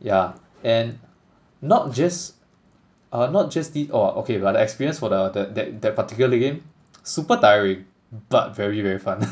yeah and not just uh not just this orh okay but the experience for the the that that particular game super tiring but very very fun